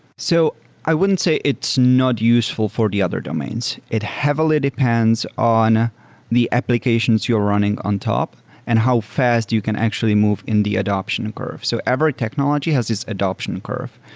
so i wouldn't say it's not useful for the other domains. it heavily depends on the applications you're running on top and how fast you can actually move in the adaption and curve. so every technology has its adaption curve.